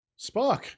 Spock